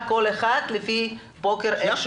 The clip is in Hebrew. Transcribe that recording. מכאן בנינו את